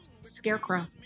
Scarecrow